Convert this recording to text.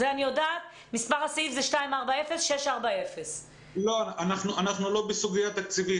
מספר הסעיף הוא 240640. אנחנו לא בסוגיה תקציבית.